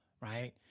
right